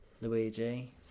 Luigi